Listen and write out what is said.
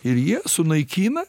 ir jie sunaikina